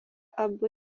abu